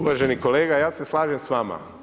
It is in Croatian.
Uvaženi kolega, ja se slažem s vama.